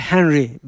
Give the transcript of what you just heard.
Henry